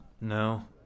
No